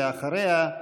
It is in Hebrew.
ואחריה,